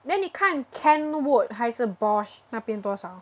then 你看 Kenwood 还是 Bosch 那边多少